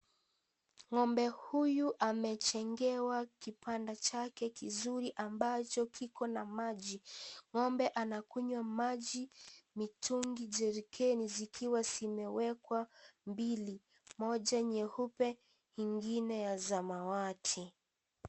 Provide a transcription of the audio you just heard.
Ngombe huyu amejengewa kibanda chake kizuri ambacho kiko na maji, ngombe anakunywa maji, mitungi jerikeni zikiwa zimewekwa mbili moja nyeupe ingine ya samawati.